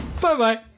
Bye-bye